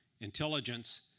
intelligence